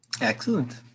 Excellent